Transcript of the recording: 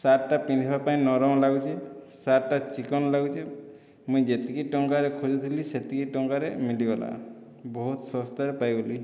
ସାର୍ଟଟା ପିନ୍ଧିବା ପାଇଁ ନରମ ଲାଗୁଛି ସାର୍ଟଟା ଚିକ୍କଣ ଲାଗୁଛି ମୁଇଁ ଯେତିକି ଟଙ୍କାରେ ଖୋଜିଥିଲି ସେତିକି ଟଙ୍କାରେ ମିଳିଗଲା ବହୁତ ଶସ୍ତାରେ ପାଇଗଲି